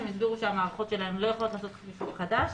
הם הסבירו שהמערכות שלהם לא יכולות לעשות חישוב חדש.